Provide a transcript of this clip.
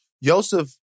Yosef